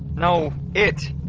no, it.